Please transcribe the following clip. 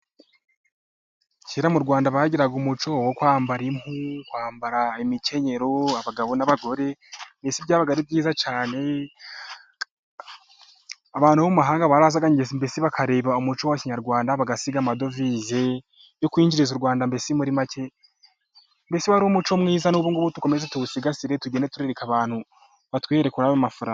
Kera mu Rwanda bagiraga umuco wo kwambara impu, kwambara imikenyero ,abagabo n'abagore, mbese byabaga ari byiza cyane. Abantu bo mu mahanga barazaga mbese, bakareba umuco wa kinyarwanda bagasiga amadovize, yo kwinjiriza u Rwanda mbese muri make, mbese umuco mwiza ubu ngubu dukomeze tuwusigasire tugende tubereka abantu ,batwihere kuri ayo mafaranga.